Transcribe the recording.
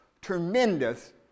tremendous